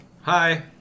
Hi